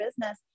business